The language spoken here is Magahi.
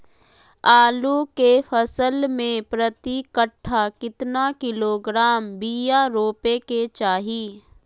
आलू के फसल में प्रति कट्ठा कितना किलोग्राम बिया रोपे के चाहि?